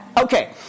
Okay